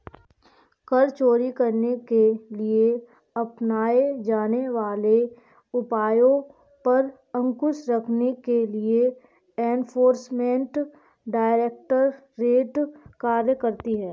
कर चोरी करने के लिए अपनाए जाने वाले उपायों पर अंकुश रखने के लिए एनफोर्समेंट डायरेक्टरेट कार्य करती है